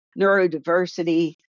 neurodiversity